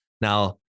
Now